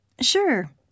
Sure